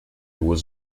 was